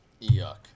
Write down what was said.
Yuck